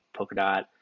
Polkadot